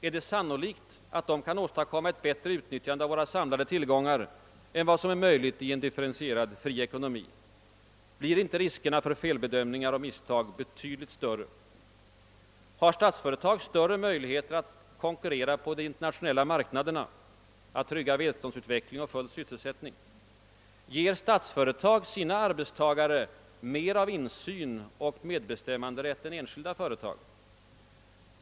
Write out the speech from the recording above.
Är det sannolikt att de kan åstadkomma ett bättre utnyttjande av våra samlade tillgångar än vad som är möjligt i en differentierad fri ekonomi? Blir inte riskerna för felbedömningar och misstag betydligt större? Har statsföretag större möjligheter att konkurrera på de internationella marknaderna, att trygga välståndsutvecklingen och den fulla sysselsättningen? Ger statsföretagen sina arbetstagare mer av insyn och medbestämmanderätt än enskilda företag?